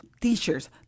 teachers